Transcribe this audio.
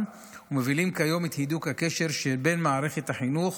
ומובילים כיום את הידוק הקשר שבין מערכת החינוך